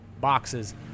boxes